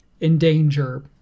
endanger